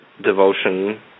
devotion